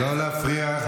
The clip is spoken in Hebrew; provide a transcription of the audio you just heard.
לא להפריע.